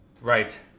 right